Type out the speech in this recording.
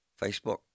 Facebook